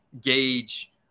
gauge